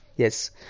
Yes